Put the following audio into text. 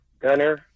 Gunner